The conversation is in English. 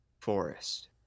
Forest